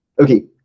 okay